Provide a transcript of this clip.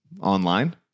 online